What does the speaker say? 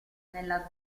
nella